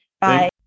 Bye